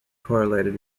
correlated